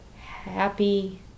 happy